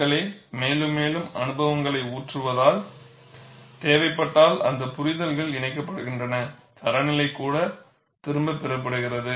மக்களே மேலும் மேலும் அனுபவங்களை ஊற்றுவதால் தேவைப்பட்டால் அந்த புரிதல்கள் இணைக்கப்படுகின்றன தரநிலை கூட திரும்பப் பெறப்படுகிறது